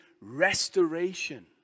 restoration